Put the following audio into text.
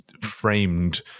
framed